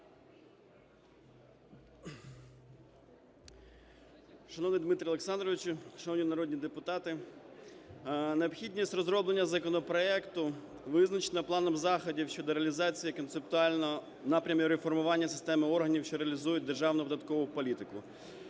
Шановний Дмитро Олександрович, шановні народні депутати! Необхідність розроблення законопроекту визначена планом заходів щодо реалізації концептуальних напрямів реформування системи органів, що реалізують державну податкову політику,